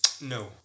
No